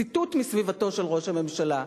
ציטוט מסביבתו של ראש הממשלה,